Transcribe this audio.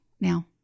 now